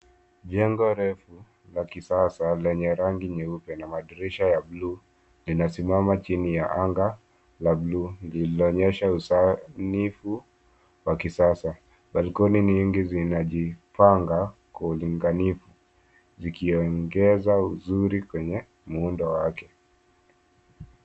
Jengo refu, la kisasa lenye rangi nyeupe na madirisha ya buluu, linasimama chini ya anga la buluu, lililo onyesha usanifu wa kisasa. Balcony nyingi zinajipanga kwa ulinganifu zikiongeza uzuri kwenye muundo wake.